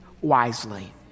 wisely